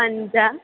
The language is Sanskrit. पञ्च